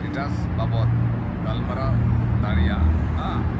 status ᱵᱟᱵᱚᱛ ᱜᱟᱞᱢᱟᱨᱟᱣ ᱫᱟᱲᱮᱭᱟᱜᱼᱟ